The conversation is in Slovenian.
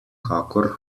kakor